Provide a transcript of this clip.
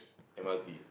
m_r_t